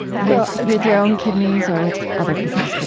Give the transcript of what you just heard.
with with your own kidneys or with other peoples'